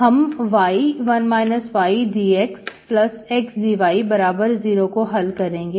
हम y1 ydxx dy0 को हल करेंगे